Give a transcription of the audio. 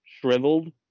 shriveled